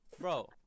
Bro